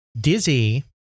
Dizzy